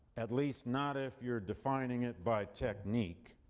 at least not if you're defining it by technique.